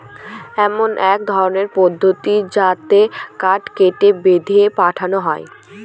এমন এক ধরনের পদ্ধতি যাতে কাঠ কেটে, বেঁধে পাঠানো হয়